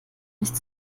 nicht